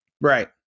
Right